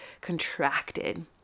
contracted